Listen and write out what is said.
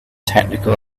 technical